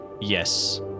yes